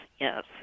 Yes